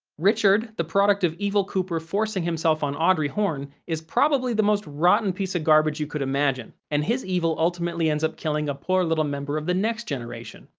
richard, the product of evil cooper forcing himself on audrey horne, is probably the most rotten piece of garbage you could imagine, and his evil ultimately ends up killing a poor little member of the next generation.